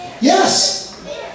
Yes